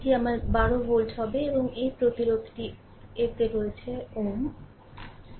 এটি আমার 12 ভোল্ট হবে এবং এই প্রতিরোধেরটি এতে রয়েছে Ω